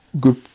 good